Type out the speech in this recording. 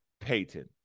Payton